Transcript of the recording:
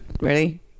Ready